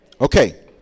Okay